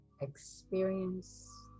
Experience